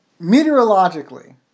meteorologically